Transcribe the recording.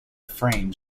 frame